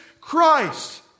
Christ